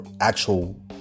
actual